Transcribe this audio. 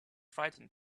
frightened